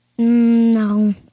No